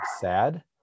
sad